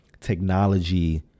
technology